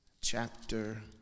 chapter